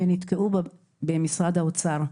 והם נתקעו במשרד האוצר.